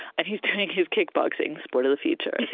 and he's doing his kickboxing sport of the future, as he